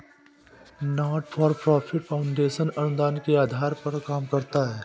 not for profit foundation अनुदान के आधार पर काम करता है